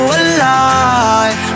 alive